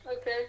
okay